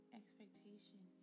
expectation